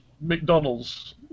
McDonald's